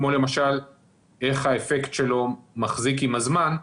כמו למשל איך האפקט שלו מחזיק עם הזמן.